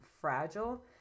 fragile